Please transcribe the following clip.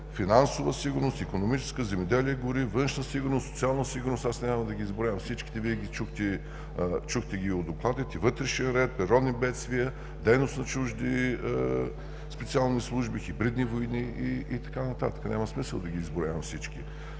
финансова сигурност, икономическа, земеделие и гори, външна сигурност, социална сигурност. Няма да ги изброявам всичките, Вие ги чухте от докладите – вътрешен ред, природни бедствия, дейност на чужди специални служби, хибридни войни и така нататък. Няма смисъл да ги изброявам всички.